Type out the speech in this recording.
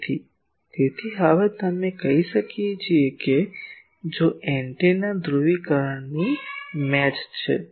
તેથી તેથી હવે અમે કહી શકીએ કે જો એન્ટેના ધ્રુવીકરણની મેચ છે